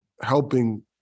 helping